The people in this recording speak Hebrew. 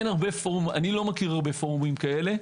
אני לא מכיר הרבה פורומים כאלה.